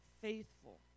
faithful